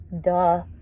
duh